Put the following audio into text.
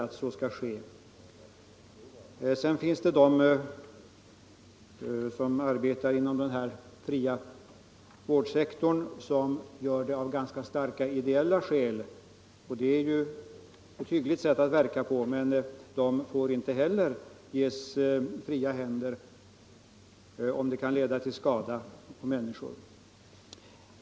Sedan finns det också människor som arbetar inom den fria vårdsektorn av ganska starka ideella skäl. Det är ju ett hyggligt sätt att vara verksam på. Inte heller de får dock ges fria händer, om det kan leda till skada för människor.